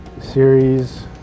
series